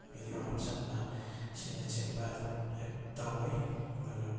video ꯍꯥꯞꯆꯤꯟꯕ ꯑꯁꯤꯅꯆꯤꯡꯕ ꯑꯗꯨꯝ ꯍꯦꯛ ꯇꯧꯏ ꯑꯗꯨꯒ